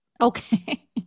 Okay